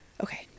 Okay